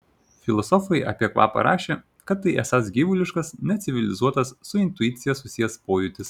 filosofai apie kvapą rašė kad tai esąs gyvuliškas necivilizuotas su intuicija susijęs pojūtis